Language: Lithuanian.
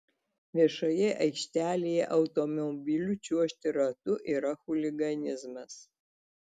viešoje aikštelėje automobiliu čiuožti ratu yra chuliganizmas